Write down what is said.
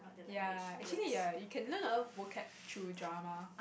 ya actually ya you can learn alot vocab through drama